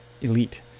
elite